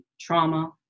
Trauma